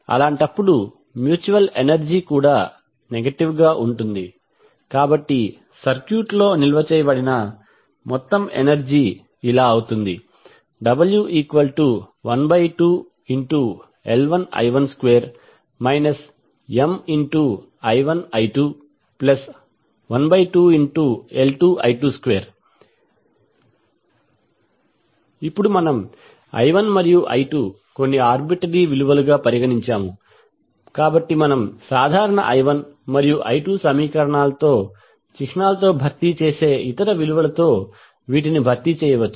అలాంటప్పుడు mutual energy కూడా negative గా ఉంటుంది కాబట్టి సర్క్యూట్లో నిల్వ చేయబడిన మొత్తం ఎనర్జీ ఇలా అవుతుంది w12L1I12 MI1I212L2I22 ఇప్పుడు మనం I1 మరియు I2 కొన్ని ఆర్బీటరీ విలువలుగా పరిగణించాము కాబట్టి మనం సాధారణ i1 మరియు i2 సమీకరణాలతో చిహ్నాలతో భర్తీ చేసే ఇతర విలువలతో వీటిని భర్తీ చేయవచ్చు